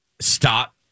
stop